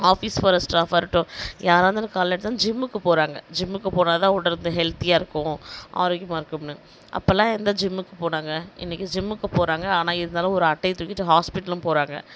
office போகிற ஸ்டாஃப்பாயிருக்கட்டும் யாராக இருந்தாலும் காலைல ஜிம்முக்கு போறாங்க ஜிம்முக்கு போனால்தான் உடலுக்கு ஹெல்தியாக இருக்கும் ஆரோக்கியமாக இருக்கும்னு அப்போலாம் எந்த ஜிம்முக்கு போனாங்க இன்றைக்கி ஜிம்முக்கு போறாங்க ஆனால் இருந்தாலும் ஒரு அட்டையை தூக்கிட்டு ஹாஸ்ப்பிட்டலும் போகிறாங்க